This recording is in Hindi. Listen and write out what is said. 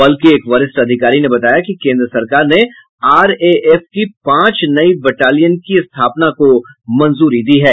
बल के एक वरिष्ठ अधिकारी ने बताया कि केंद्र सरकार ने आरएएफ की पांच नई बटालियन की स्थापना को मंजूरी दी है